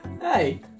Hey